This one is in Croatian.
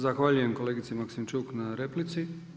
Zahvaljujem kolegici Maksimčuk na replici.